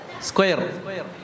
Square